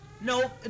No